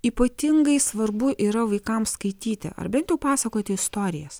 ypatingai svarbu yra vaikams skaityti ar bent jau pasakoti istorijas